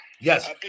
yes